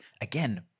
again